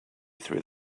through